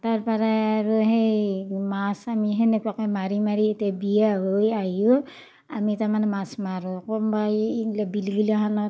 তাৰপৰাই আৰু সেই মাছ আমি তেনেকুৱাকে মাৰি মাৰি এতিয়া বিয়া হৈ আহিও আমি তাৰমানে মাছ মাৰোঁ কোনোবাই এগলা বিলগিলিয়াখানত